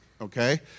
okay